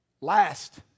last